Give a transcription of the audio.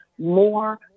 more